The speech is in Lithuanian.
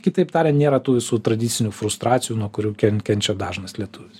kitaip tarian nėra tų visų tradicinių frustracijų nuo kurių ken kenčia dažnas lietuvis